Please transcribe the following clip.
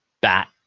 bat